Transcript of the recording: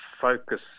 focus